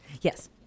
Yes